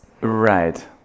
Right